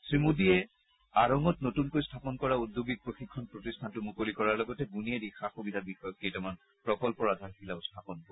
শ্ৰীমোডীয়ে আৰঙত নতুনকৈ স্থাপন কৰা ঔদ্যোগিক প্ৰশিক্ষণ প্ৰতিষ্ঠানটো মুকলি কৰাৰ লগতে বুনিয়াদী সা সুবিধা বিষয়ক কেইটামান প্ৰকল্পৰ আধাৰশিলাও স্থাপন কৰিব